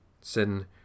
Sin